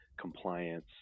compliance